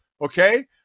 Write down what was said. Okay